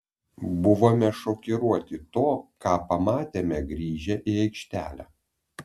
buvome šokiruoti to ką pamatėme grįžę į aikštelę